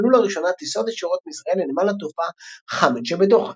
יופעלו לראשונה טיסות ישירות מישראל לנמל התעופה חמד שבדוחה.